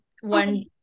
one